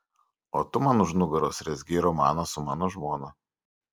o tu man už nugaros rezgei romaną su mano žmona